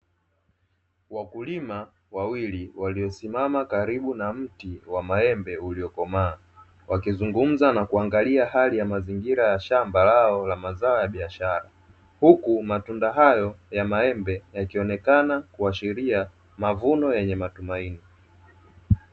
Wakulima wawili waliosimama karibu na mti wa maembe uliokomaa, wakizungumza na kuangalia hali ya mazingira ya shamba lao la mazao ya biashara. Huku matunda hayo ya maembe yakionekana kuashiria mavuno yenye matumaini.